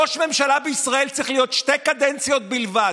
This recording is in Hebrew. ראש ממשלה בישראל צריך להיות שתי קדנציות בלבד.